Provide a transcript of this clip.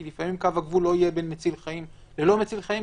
כי לפעמים קו הגבול לא יהיה במציל חיים ולא מציל חיים,